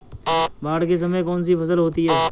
बाढ़ के समय में कौन सी फसल होती है?